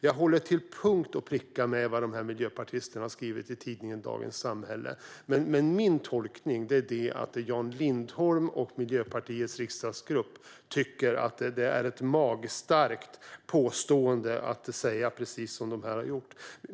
Jag håller till punkt och pricka med om vad de här miljöpartisterna har skrivit i Dagens Samhälle, men min tolkning är att Jan Lindholm och Miljöpartiets riksdagsgrupp tycker att det är ett magstarkt påstående att säga precis som de säger.